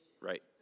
right